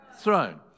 throne